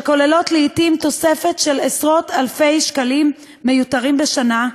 שכוללות לעתים תוספת של עשרות-אלפי שקלים מיותרים בשנה,